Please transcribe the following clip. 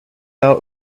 out